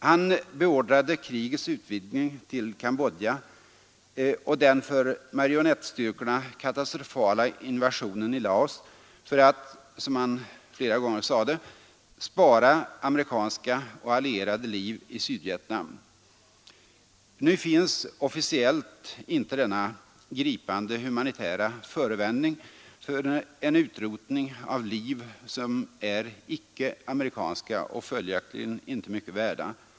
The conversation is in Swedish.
Han beordrade krigets utvidgning till Cambodja och den för marionettstyrkorna katastrofala invasionen i Laos för att — som han åtskilliga gånger sade — ”spara amerikanska och allierade liv i Sydvietnam”. Nu finns — officiellt — inte denna gripande humanitära förevändning för en utrotning av liv som är icke-amerikanska och följaktligen inte mycket värda.